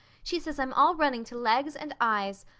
she says i'm all running to legs and eyes.